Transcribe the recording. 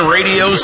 Radio